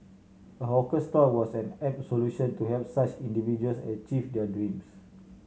a hawker stall was an apt solution to help such individuals achieve their dreams